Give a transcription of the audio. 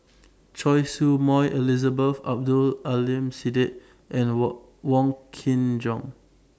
Choy Su Moi Elizabeth Abdul Aleem Siddique and All Wong Kin Jong